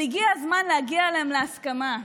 הגיע הזמן להגיע עליהם להסכמה.